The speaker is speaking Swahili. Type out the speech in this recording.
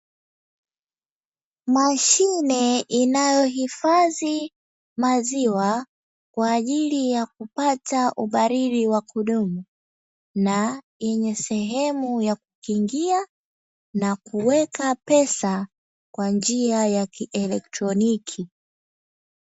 Mashine inayohifadhi maziwa kwa ajili ya kupata ubaridi wa kudumu na yenye sehemu ya kukingia na kuweka pesa kwa njia ya kielektroniki.